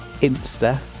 Insta